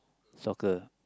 soccer